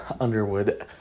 Underwood